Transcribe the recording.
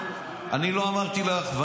אני לא אמרתי את זה מעולם.